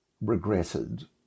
regretted